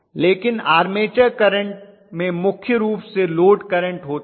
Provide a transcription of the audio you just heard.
लेकिन armature current में मुख्य रूप से लोड करंट होता है